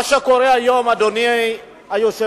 מה שקורה היום, אדוני היושב-ראש,